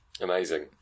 Amazing